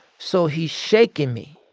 so he's shaking me.